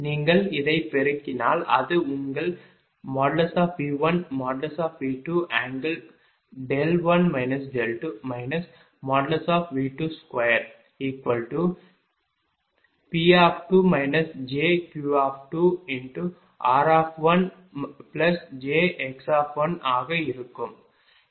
நீங்கள் இதைப் பெருக்கினால் அது உங்கள் V1V21 2 V22P2 jQ2r1jx ஆக இருக்கும்